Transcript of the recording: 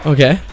Okay